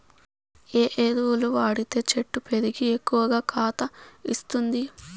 ఏ ఎరువులు వాడితే చెట్టు పెరిగి ఎక్కువగా కాత ఇస్తుంది?